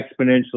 exponentially